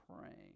praying